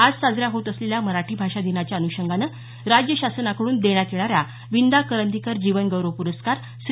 आज साजऱ्या होत असलेल्या मराठी भाषा दिनाच्या अन्षंगानं राज्य शासनाकडून देण्यात येणाऱ्या विंदा करंदीकर जीवन गौरव पुरस्कार श्री